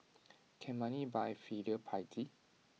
can money buy filial piety